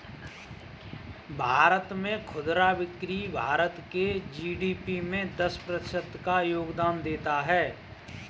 भारत में खुदरा बिक्री भारत के जी.डी.पी में दस प्रतिशत का योगदान देता है